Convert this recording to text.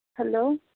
hello